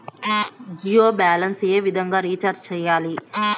Jio balance ఏ విధంగా recharge సేయాలి?